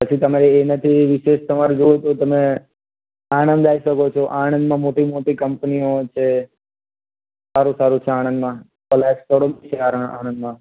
પછી તમે એનાથી વિશેષ તમારે જોવું હોય તો તમે આણંદ આવી શકો છો આણંદમાં મોટી મોટી કંપનીઓ છે સારું સારું છે આણંદમાં શોરૂમ છે આણંદમાં